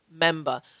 member